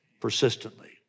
persistently